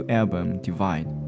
album,Divide